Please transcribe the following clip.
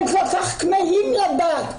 הם כל כך כמהים לדעת.